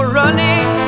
running